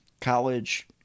college